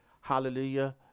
hallelujah